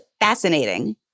fascinating